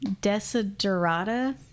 Desiderata